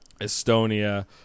estonia